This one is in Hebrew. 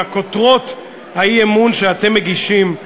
בכותרות האי-אמון שאתם מגישים,